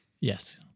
Yes